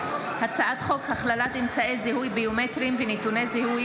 הצעת חוק הכללת אמצעי זיהוי ביומטריים ונתוני זיהוי